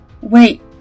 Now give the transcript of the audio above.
Wait